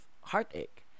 heartache